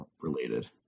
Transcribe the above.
Related